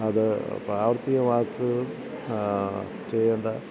അത് പ്രാവർത്തികമാക്കുകയും ചെയ്യേണ്ട